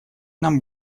нам